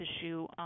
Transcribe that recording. issue